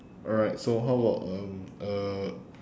alright so how about um uh